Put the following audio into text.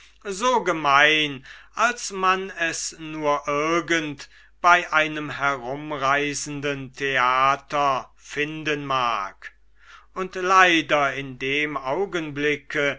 so gemein als man es nur irgend bei einem herumreisenden theater finden mag und leider in dem augenblicke